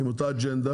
עם אותה אג'נדה.